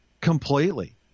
completely